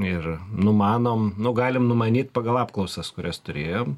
ir numanom nu galim numanyt pagal apklausas kurias turėjom